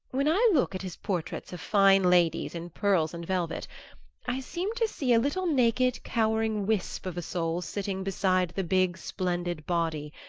when i look at his portraits of fine ladies in pearls and velvet i seem to see a little naked cowering wisp of a soul sitting beside the big splendid body,